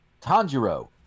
Tanjiro